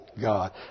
God